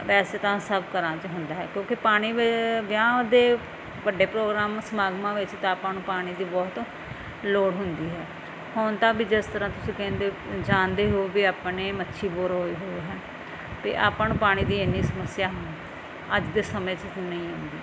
ਵੈਸੇ ਤਾਂ ਸਭ ਘਰਾਂ 'ਚ ਹੁੰਦਾ ਹੈ ਕਿਉਂ ਕਿ ਪਾਣੀ ਵੇ ਵਿਆਹਾਂ ਦੇ ਵੱਡੇ ਪ੍ਰੋਗਰਾਮ ਸਮਾਗਮਾਂ ਵਿੱਚ ਤਾਂ ਆਪਾਂ ਨੂੰ ਪਾਣੀ ਦੀ ਬਹੁਤ ਲੋੜ ਹੁੰਦੀ ਹੈ ਹੁਣ ਤਾਂ ਵੀ ਜਿਸ ਤਰ੍ਹਾਂ ਤੁਸੀਂ ਕਹਿੰਦੇ ਜਾਣਦੇ ਹੋ ਵੀ ਆਪਣੇ ਮੱਛੀ ਬੋਰ ਹੋਏ ਹੋਏ ਹਨ ਅਤੇ ਆਪਾਂ ਨੂੰ ਪਾਣੀ ਦੀ ਇੰਨੀ ਸਮੱਸਿਆ ਹੁੰ ਅੱਜ ਦੇ ਸਮੇਂ 'ਚ ਤਾਂ ਨਹੀਂ ਹੁੰਦੀ